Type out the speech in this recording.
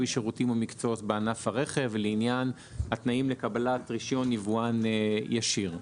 שירותים ומקצועות בענף הרכב לעניין התנאים לקבלת רישיון ייבואן ישיר.